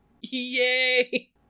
Yay